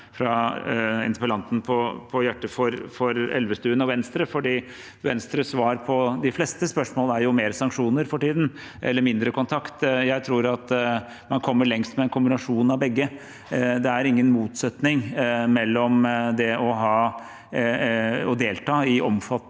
fra interpellanten på hjertet for Elvestuen og Venstre, for Venstres svar på de fleste spørsmål er for tiden mer sanksjoner eller mindre kontakt. Jeg tror man kommer lengst med en kombinasjon av begge. Det er ingen motsetning mellom det å delta i omfattende